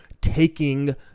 taking